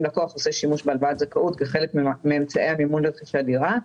לקוח עושה שימוש בהלוואת זכאות כחלק מאמצעי המימון לרכישת דירה,